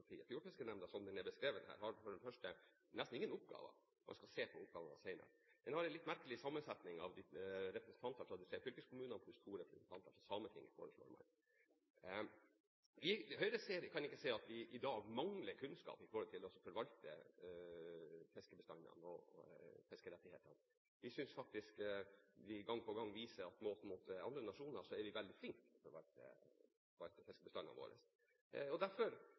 den er beskrevet her, har nesten ingen oppgaver; man skal se på oppgaver senere. Den skal ha en litt merkelig sammensetning av representantene fra de tre fylkeskommunene pluss to representanter fra Sametinget, foreslår man. Høyre kan ikke se at vi i dag mangler kunnskap når det gjelder å forvalte fiskebestandene og fiskerettighetene. Vi synes faktisk vi gang på gang viser at, målt mot andre nasjoner, er vi veldig flinke til å forvalte fiskebestandene våre. Derfor